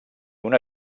una